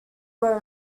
were